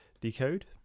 Decode